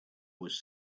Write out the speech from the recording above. was